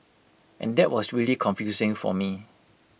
and that was really confusing for me